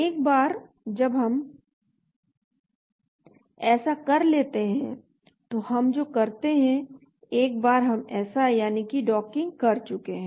एक बार जब हम ऐसा कर लेते हैं तो हम जो करते हैं एक बार हम ऐसा यानी कि डॉकिंग कर चुके हैं